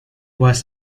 was